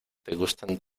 gustan